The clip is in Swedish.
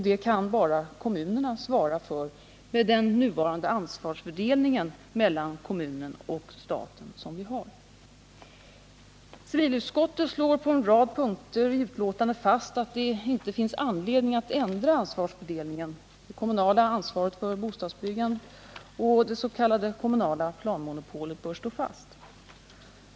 Det kan bara kommunerna svara för med nuvarande ansvarsfördelning mellan stat och kommun. Civilutskottet slår på en rad punkter i betänkandet fast att det inte finns anledning att ändra ansvarsfördelningen. Det kommunala ansvaret för bostadsbyggandet och det s.k. kommunala planmonopolet bör stå kvar.